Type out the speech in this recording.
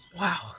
Wow